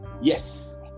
Yes